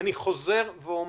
אני חוזר ואומר,